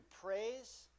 praise